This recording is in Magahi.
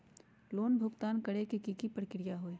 लोन भुगतान करे के की की प्रक्रिया होई?